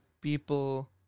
people